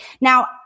Now